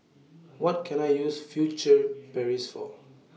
What Can I use Furtere Paris For